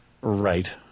Right